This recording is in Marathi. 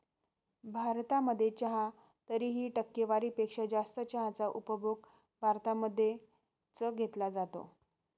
भारतामध्ये चहा तरीही, टक्केवारी पेक्षा जास्त चहाचा उपभोग भारतामध्ये च घेतला जातो